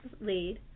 lead